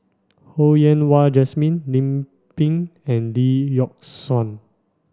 Ho Yen Wah Jesmine Lim Pin and Lee Yock Suan